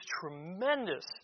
tremendous